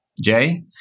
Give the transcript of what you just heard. Jay